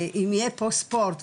ואם יהיה פה ספורט,